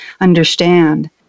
understand